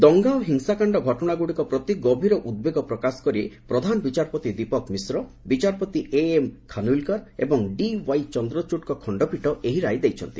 ଦଙ୍ଗା ଓ ହିଂସାକାଣ୍ଡ ଘଟଣାଗୁଡ଼ିକ ପ୍ରତି ଗଭୀର ଉଦ୍ବେଗ ପ୍ରକାଶ କରି ପ୍ରଧାନବିଚାରପତି ଦୀପକ ମିଶ୍ର ବିଚାରପତି ଏଏମ୍ ଖାନୱିଲିକର ଏବଂ ଡିୱାର୍ଇ ଚନ୍ଦ୍ରଚଡ଼ଙ୍କ ଖଣ୍ଡପୀଠ ଏହି ରାୟ ଦେଇଛନ୍ତି